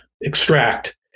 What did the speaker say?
extract